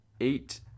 eight